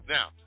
Now